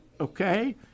okay